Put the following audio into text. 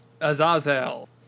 Azazel